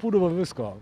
būdavo visko